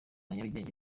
nyarugenge